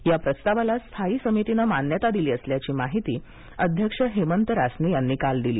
या प्रस्तावाला स्थायी समितीनं मान्यता दिली असल्याची माहिती समिती अध्यक्ष हेमंत रासने यांनी काल दिली